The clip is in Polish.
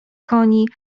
koni